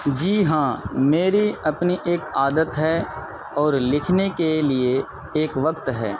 جی ہاں میری اپنی ایک عادت ہے اور لکھنے کے لیے ایک وقت ہے